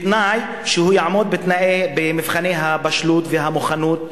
בתנאי שהוא יעמוד במבחני הבשלות והמוכנות הרגשית.